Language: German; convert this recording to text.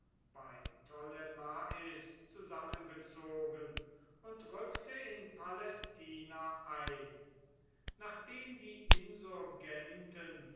bei ptolemais zusammengezogen und rückte in palästina ein nachdem die insurgenten